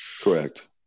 Correct